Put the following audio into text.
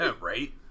Right